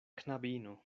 knabino